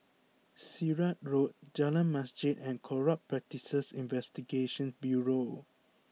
Sirat Road Jalan Masjid and Corrupt Practices Investigation Bureau